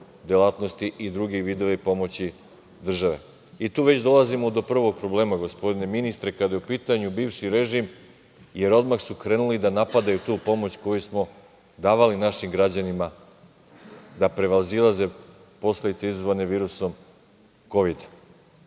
delatnosti i drugi vidovi pomoći države. Tu već dolazimo do prvog problema, gospodine ministre, kada je u pitanju bivši režim, jer odmah su krenuli da napadaju tu pomoć koju smo davali našim građanima da prevazilaze posledice izazvane virusom Kovid.